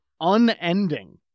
unending